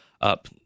up